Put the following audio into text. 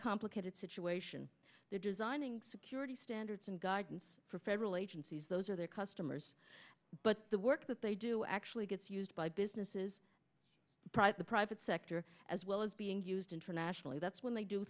complicated situation they're designing security standard and guidance for federal agencies those are their customers but the work that they do actually gets used by businesses the private sector as well as being used internationally that's when they do